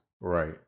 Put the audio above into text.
Right